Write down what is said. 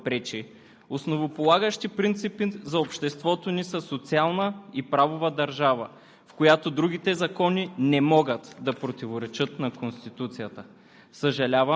Госпожи и господа управляващи, според действащата Конституция, която толкова Ви пречи, основополагащите принципи за обществото ни са – социална и правова държава,